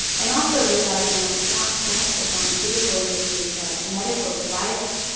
and also realising that it's not just the pharmaceutical industry but medical device,